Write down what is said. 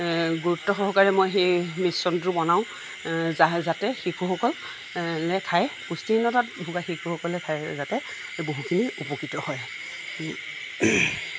গুৰুত্ব সহকাৰে মই সেই মিক্সনটো বনাওঁ যা যাতে শিশুসকলে খাই পুষ্টিহীনতাত ভোগা শিশুসকলে খাই যাতে বহুখিনি উপকৃত হয়